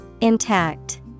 Intact